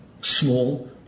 small